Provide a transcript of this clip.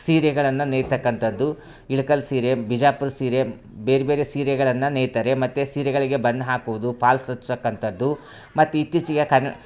ಸೀರೆಗಳನ್ನು ನೇಯುತಕ್ಕಂಥದ್ದು ಇಳ್ಕಲ್ ಸೀರೆ ಬಿಜಾಪುರ ಸೀರೆ ಬೇರೆಬೇರೆ ಸೀರೆಗಳನ್ನು ನೇಯುತ್ತಾರೆ ಮತ್ತು ಸೀರೆಗಳಿಗೆ ಬಣ್ಣ ಹಾಕುವುದು ಪಾಲ್ಸ್ ಹಚ್ಚಕ್ಕಂಥದ್ದು ಮತ್ತು ಇತ್ತೀಚಿಗೆ ಕರ್ನ್